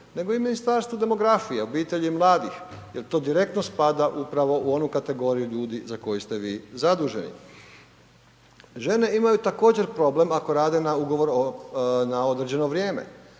nego i Ministarstvo demografije, obitelji i mladih jer to direktno spada upravo u onu kategoriju ljudi za koji ste vi zaduženi. Žene imaju također problem ako rade na ugovor na određeno vrijeme.